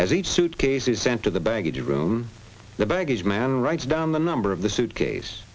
as each suitcase is sent to the baggage room the baggage man writes down the number of the suitcase